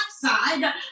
side